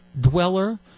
dweller